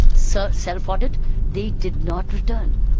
so self-audit they did not return.